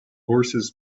horses